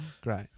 Great